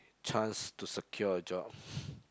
chance to secure a job